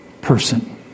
person